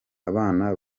abana